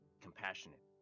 compassionate